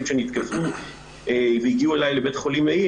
שהותקפו והגיעו אלי לבית החולים מאיר,